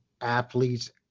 athletes